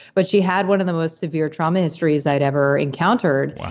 but she had one of the most severe trauma histories i'd ever encountered.